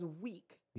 weak